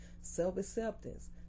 Self-acceptance